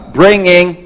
bringing